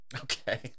okay